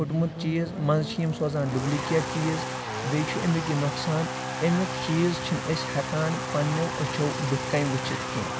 پھٹمُت چیٖز منٛز چھِ یِم سوزان ڈُبلِکیٹ چیٖز بیٚیہِ چھُ اَمیُک یہِ نۄقصان اَمیُک چیٖز چھِنہٕ أسۍ ہیٚکان پَننیو أچھو بٕتھہِ کٔنۍ وٕچھِتھ کینٛہہ